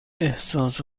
احساس